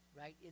right